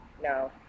No